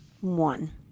One